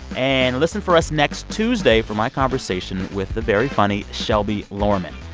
and listen for us next tuesday for my conversation with the very funny shelby lorman.